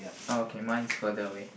okay mine is further away